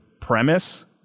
premise